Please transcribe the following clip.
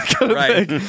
Right